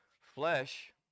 Flesh